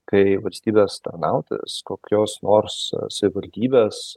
kai valstybės tarnautojas kokios nors savivaldybės